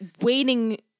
waiting